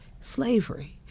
slavery